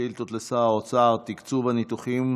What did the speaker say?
שאילתות לשר האוצר, תקצוב הניתוחים